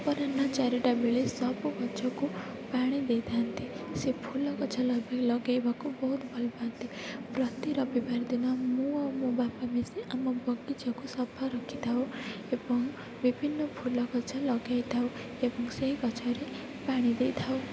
ଅପରାହ୍ନ ଚାରିଟା ବେଳେ ସବୁ ଗଛକୁ ପାଣି ଦେଇଥାଆନ୍ତି ସେ ଫୁଲ ଗଛ ଲଗାଇବାକୁ ବହୁତ ଭଲ ପାଆନ୍ତି ପ୍ରତି ରବିବାର ଦିନ ମୁଁ ଆଉ ମୋ ବାପା ମିଶି ଆମ ବଗିଚାକୁ ସଫା ରଖିଥାଉ ଏବଂ ବିଭିନ୍ନ ଫୁଲ ଗଛ ଲଗାଇଥାଉ ଏବଂ ସେହି ଗଛରେ ପାଣି ଦେଇଥାଉ